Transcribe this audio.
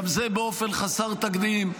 גם זה באופן חסר תקדים,